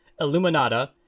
Illuminata